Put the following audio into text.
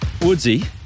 Woodsy